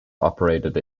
operated